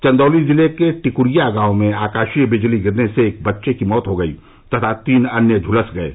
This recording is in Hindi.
चन्दौली जिले के टिकरिया गांव में आकाशीय बिजली गिरने से एक बच्चे की मौत हो गयी तथा तीन अन्य झुलस गये